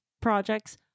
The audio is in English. projects